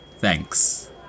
thanks